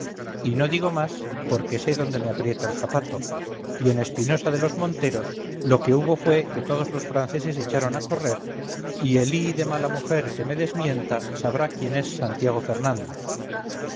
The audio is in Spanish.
y no digo más porque sé dónde me aprieta el zapato y en espinosa de los monteros lo que hubo fue que todos los franceses echaron a correr y el hi de mala mujer que me desmienta sabrá quién es santiago fernández